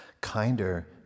Kinder